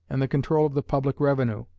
and the control of the public revenue.